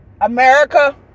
America